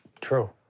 True